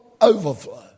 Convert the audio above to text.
overflow